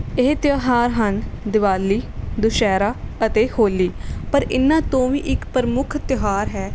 ਇਹ ਤਿਉਹਾਰ ਹਨ ਦੀਵਾਲੀ ਦੁਸਹਿਰਾ ਅਤੇ ਹੋਲੀ ਪਰ ਇਨ੍ਹਾਂ ਤੋਂ ਵੀ ਇੱਕ ਪ੍ਰਮੁੱਖ ਤਿਉਹਾਰ ਹੈ